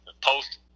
Post